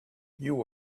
you